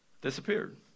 disappeared